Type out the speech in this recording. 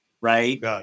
Right